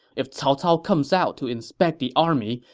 if cao cao comes out to inspect the army,